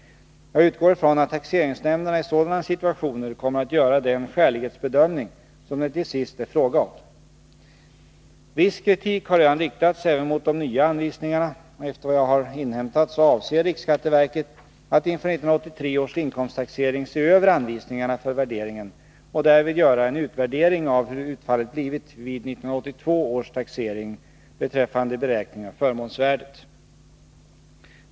Jag utgår ifrån att taxeringsnämnderna i sådana situationer kommer att göra den skälighetsbedömning som det till sist är fråga om. Viss kritik har redan riktats även mot de nya anvisningarna. Efter vad jag har inhämtat avser riksskatteverket att inför 1983 års inkomsttaxering se över anvisningarna för värderingen och därvid göra en utvärdering av hur utfallet blivit vid 1982 års taxering beträffande beräkningen av förmånsvärdet.